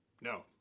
No